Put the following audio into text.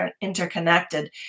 interconnected